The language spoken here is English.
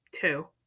two